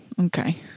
Okay